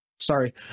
Sorry